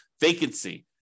vacancy